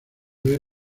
ver